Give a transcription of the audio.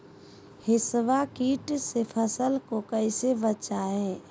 हिसबा किट से फसल को कैसे बचाए?